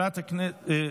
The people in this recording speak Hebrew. תודה רבה.